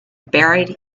buried